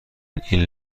این